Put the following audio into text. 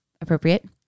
appropriate